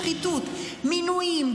שחיתות; מינויים,